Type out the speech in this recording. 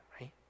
right